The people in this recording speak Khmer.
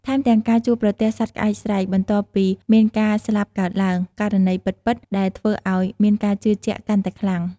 ថែមទាំងការជួបប្រទះសត្វក្អែកស្រែក បន្ទាប់ពីមានការស្លាប់កើតឡើង ករណីពិតៗដែលធ្វើឲ្យមានការជឿជាក់កាន់តែខ្លាំង។